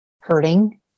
hurting